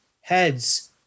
heads